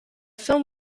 film